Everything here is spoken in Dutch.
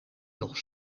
nog